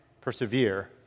persevere